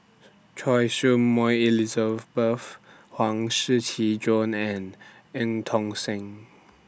Choy Su Moi Elizabeth Huang Shiqi Joan and EU Tong Sen